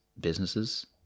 businesses